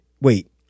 wait